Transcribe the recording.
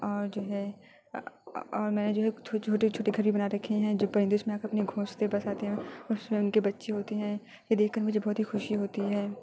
اور جو ہے اور میں نے جو ہے چھوٹے چھوٹے گھریں بنا رکھے ہیں جو پرندے اس میں آ کر اپنے گھونسلے بساتے ہیں اس میں ان کے بچے ہوتے ہیں یہ دیکھ کر مجھے بہت ہی خوشی ہوتی ہے